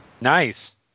Nice